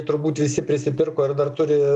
turbūt visi prisipirko ir dar turi